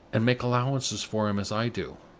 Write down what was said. and make allowances for him as i do.